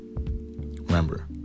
Remember